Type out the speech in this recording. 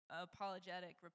apologetic